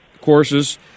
courses